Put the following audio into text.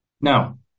Now